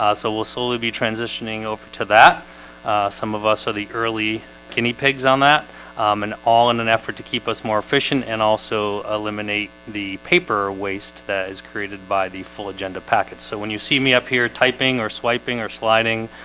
ah we'll slowly be transitioning over to that some of us are the early guinea pigs on that um and all in an effort to keep us more efficient and also, eliminate the paper waste that is created by the full agenda packets so when you see me up here typing or swiping or sliding,